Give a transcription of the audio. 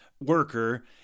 worker